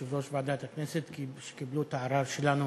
ליושב-ראש ועדת הכנסת, שקיבלו את ההערה שלנו